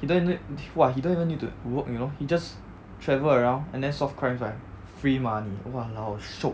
he don't even !wah! he don't even need to work you know he just travel around and then solve crimes right free money !walao! shiok